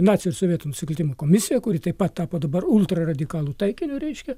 nacių ir sovietų nusikaltimų komisija kuri taip pat tapo dabar ultra radikalų taikiniu reiškia